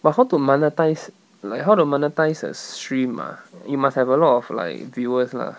but how to monetise like how to monetise a stream ah you must have a lot of like viewers lah